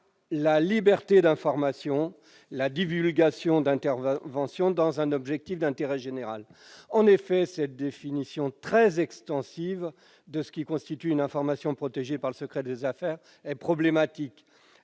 la liberté d'informer et la divulgation d'informations dans un objectif d'intérêt général. En effet, cette définition très extensive de ce qui constitue une information protégée par le secret des affaires est problématique,